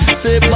say